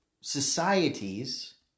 societies